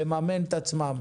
לממן את עצמם.